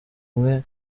umwe